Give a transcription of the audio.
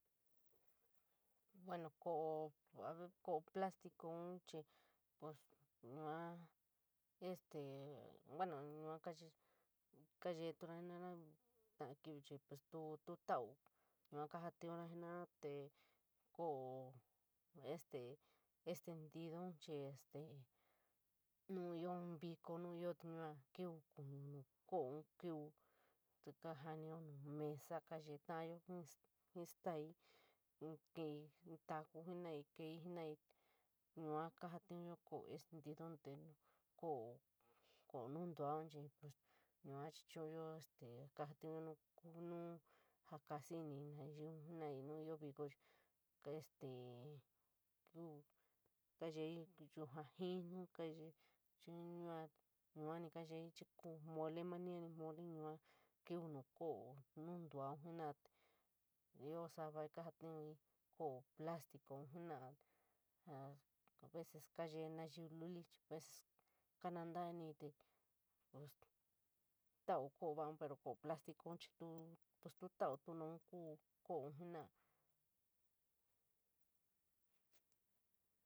Bueno, kolo, kolo plástico chií pos yuu este bueno kayet, kaayetura jenora ntetoo kiu pos tuo yuu jkaajdiura jenora, te kolo esti, estendidooou chií este nu ioo fin viko naon foo te yuu kiu kuuñ nu koou kiu te kaa niio nu mesa yuu kayee talona jii´i stoti, kiiñ in taku jenarí yuu ka´tuuñyo ke´o estendidou. Koo nuudouun yuu chií chuu´yo ka´jtuunyo nu jo kasiñii nayii jenarí nu ioo viio, este nu kayee´ yujoñ finu, xii yuani kayeeñ mole, maa ñañí mole yuu kiiñ nu kolo nuudouu jenorá te, ioo sobo kaja tion kolo plasticoo penda te a vees kayee nayii luli, vees komataloniin te pos tuo kolo wa´uun pero kolo plasticoou chií tuo tou koloñ jenorá.